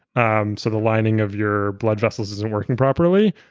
um so the lining of your blood vessels isn't working properly.